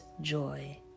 joy